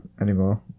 anymore